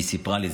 והיא סיפרה לי,